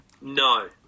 No